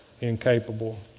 incapable